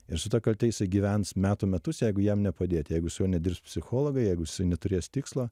ir su ta kalte jisai gyvens metų metus jeigu jam nepadėti jeigu su juo nedirbs psichologai jeigu neturės tikslo